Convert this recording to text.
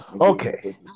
Okay